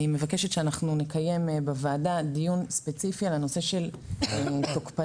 אני מבקשת שנקיים בוועדה דיון ספציפי על הנושא של תוקפנות